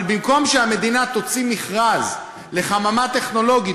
אבל במקום שהמדינה תוציא מכרז לחממה טכנולוגית